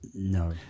No